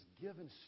given